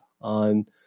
on